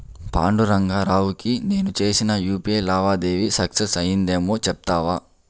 పాండురంగా రావుకి నేను చేసిన యూపీఐ లావాదేవి సక్సెస్ అయ్యిందేమో చెప్తావా